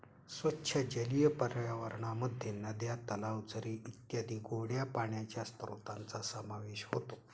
स्वच्छ जलीय पर्यावरणामध्ये नद्या, तलाव, झरे इत्यादी गोड्या पाण्याच्या स्त्रोतांचा समावेश होतो